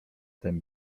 ten